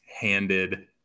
handed